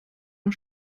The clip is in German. nur